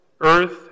earth